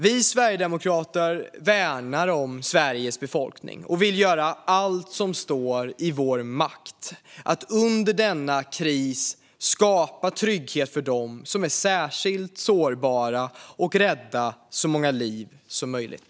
Vi sverigedemokrater värnar om Sveriges befolkning och vill göra allt som står i vår makt för att under denna kris skapa trygghet för dem som är särskilt sårbara och för att rädda så många liv som möjligt.